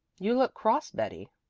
you look cross, betty.